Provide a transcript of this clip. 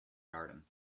garden